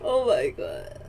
oh my god